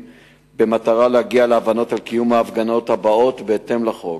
במטרה להגיע להבנות על קיום ההפגנות הבאות בהתאם לחוק.